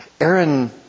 Aaron